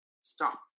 stop